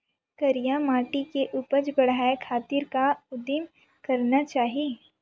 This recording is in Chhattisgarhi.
करिया माटी के उपज बढ़ाये खातिर का उदिम करना चाही?